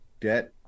debt